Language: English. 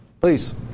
Please